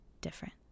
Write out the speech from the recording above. different